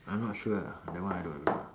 I'm not sure ah that one I don't know lah